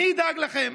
אני אדאג לכם.